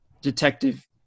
Detective